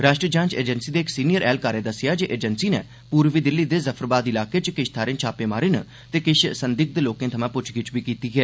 राष्ट्री जांच एजैंसी दे इक सीनियर ऐहलकारै दस्सेआ जे एजैंसी नै पूर्वी दिल्ली दे जफरबाद इलाके च किष थाहें छापे मारे न ते किश संदिग्ध लोकें थमां प्च्छगिच्छ बी कीती ऐ